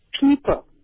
people